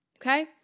Okay